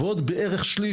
עוד בערך שליש,